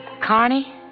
Carney